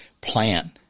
Plan